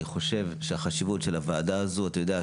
אני חושב שהחשיבות של הוועדה הזאת אתה יודע,